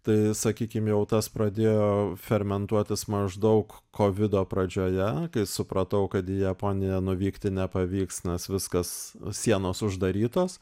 tai sakykim jau tas pradėjo fermentuotis maždaug kovido pradžioje kai supratau kad į japoniją nuvykti nepavyks nes viskas sienos uždarytos